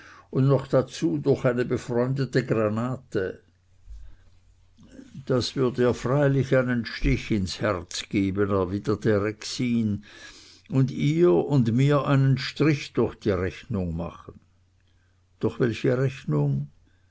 und noch dazu durch eine befreundete granate das würd ihr freilich einen stich ins herz geben erwiderte rexin und ihr und mir einen strich durch die rechnung machen durch welche rechnung